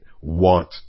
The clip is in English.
want